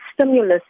stimulus